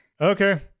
Okay